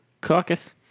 Caucus